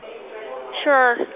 Sure